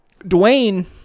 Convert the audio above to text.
Dwayne